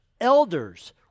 elders